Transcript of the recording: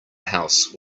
house